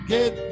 Get